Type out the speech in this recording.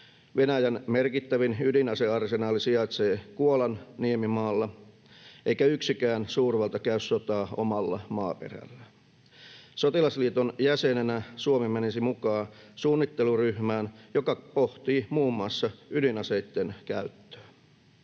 Venäjän merkittävin ydinasearsenaali sijaitsee Kuolan niemimaalla, eikä yksikään suurvalta käy sotaa omalla maaperällään. Sotilasliiton jäsenenä Suomi menisi mukaan suunnitteluryhmään, joka pohtii muun muassa ydinaseitten käyttöä.